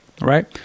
Right